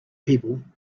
people